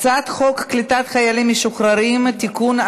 הצעת חוק קליטת חיילים משוחררים (תיקון,